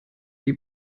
die